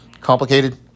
Complicated